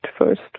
first